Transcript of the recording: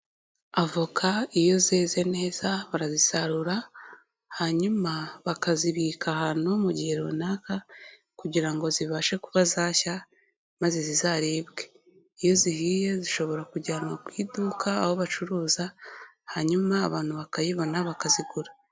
Avoka iyo zeze neza barazisarura, hanyuma bakazibika ahantu mu gihe runaka kugira ngo zibashe kuba zashya maze zizaribwe, iyo zihiye zishobora kujyanwa ku iduka aho bacuruza, hanyuma abantu bakayibona bakazigura.